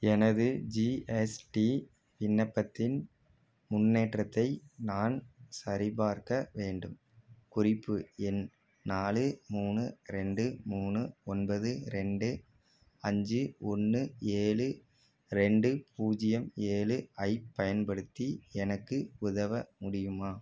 எனது ஜிஎஸ்டி விண்ணப்பத்தின் முன்னேற்றத்தை நான் சரி பார்க்க வேண்டும் குறிப்பு எண் நாலு மூணு ரெண்டு மூணு ஒன்பது ரெண்டு அஞ்சு ஒன்று ஏழு ரெண்டு பூஜ்ஜியம் ஏழு ஐப் பயன்படுத்தி எனக்கு உதவ முடியுமா